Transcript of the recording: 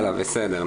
בסדר.